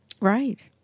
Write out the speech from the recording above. Right